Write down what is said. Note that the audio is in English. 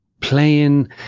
playing